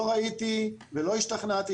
לא ראיתי ולא השתכנעתי,